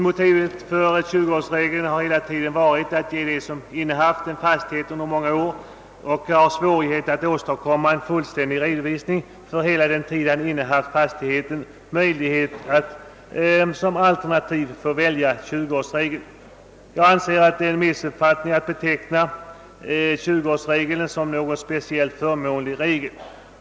Motivet för 20-årsregeln har hela tiden varit att den, som haft en fastighet under många år och har svårigheter att åstadkomma en fullständig redovisning för hela den tid han innehaft fastigheten, skall ha möjlighet att som alternativ välja denna regel. Det är inte riktigt att betrakta 20-årsregeln som speciellt förmånlig.